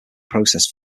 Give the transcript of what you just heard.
process